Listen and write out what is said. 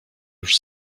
już